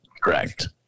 correct